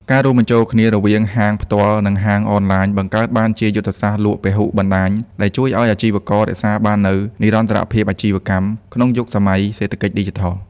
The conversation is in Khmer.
ការរួមបញ្ចូលគ្នារវាង ហាងផ្ទាល់ និង ហាងអនឡាញ បង្កើតបានជាយុទ្ធសាស្ត្រលក់ពហុបណ្ដាញ ដែលជួយឱ្យអាជីវកររក្សាបាននូវ និរន្តរភាពអាជីវកម្ម ក្នុងយុគសម័យសេដ្ឋកិច្ចឌីជីថល។